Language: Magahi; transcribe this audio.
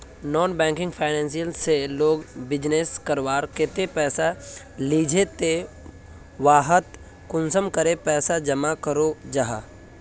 नॉन बैंकिंग फाइनेंशियल से लोग बिजनेस करवार केते पैसा लिझे ते वहात कुंसम करे पैसा जमा करो जाहा?